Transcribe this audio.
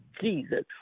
Jesus